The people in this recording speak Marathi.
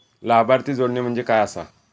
लाभार्थी जोडणे म्हणजे काय आसा?